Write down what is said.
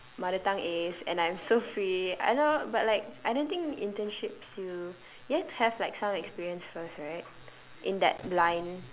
mother tongue ace and I'm so free I don't but like I don't think internships you you have to have like some experience first right in that line